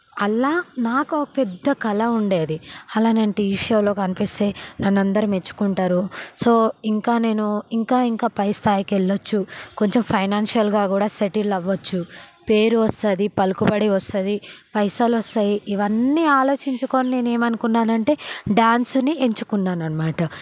అల్లా నాకు ఒక పెద్ద కల ఉండేది అలాంటి టీవీ షోలో కనిపిస్తే నన్ను అందరూ మెచ్చుకుంటారు సో ఇంకా నేను ఇంకా ఇంకా పై స్థాయికి వెళ్లొచ్చు కొంచెం ఫైనాన్షియల్గా కూడా సెటిల్ అవ్వచ్చు పేరు వస్తది పలుకుబడి వస్తది పైసలు వస్తాయి ఇవన్నీ ఆలోచించుకొని నేను ఏమనుకున్నాను అంటే డాన్స్ని ఎంచుకున్నాను అనమాట